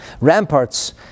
Ramparts